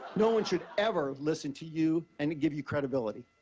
no one should ever listen to you and to give you credibility.